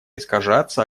искажаться